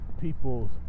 people's